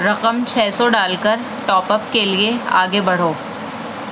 رقم چھ سو ڈال کر ٹاپ اپ کے لیے آگے بڑھو